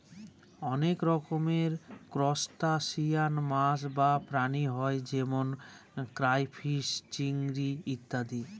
অনেক রকমের ত্রুসটাসিয়ান মাছ বা প্রাণী হয় যেমন ক্রাইফিষ, চিংড়ি ইত্যাদি